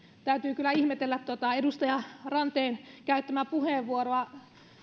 täytyy kyllä ihmeellä tuota edustaja ranteen käyttämää puheenvuoroa